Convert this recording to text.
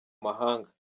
mahanga